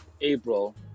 April